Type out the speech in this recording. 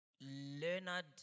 Leonard